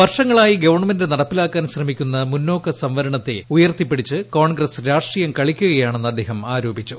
വർഷങ്ങളായി ഗവൺമെന്റ് നടപ്പിലാക്കാൻ ശ്രമിക്കുന്ന മുന്നോക്ക സംവരണത്തെ ഉയർത്തിപ്പിടിച്ച് കോൺഗ്രസ് രാഷ്ട്രീയം കളിക്കുകയാണെന്ന് അദ്ദേഹം ആരോപിച്ചു